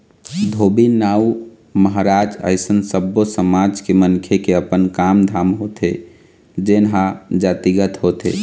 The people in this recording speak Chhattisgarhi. धोबी, नाउ, महराज अइसन सब्बो समाज के मनखे के अपन काम धाम होथे जेनहा जातिगत होथे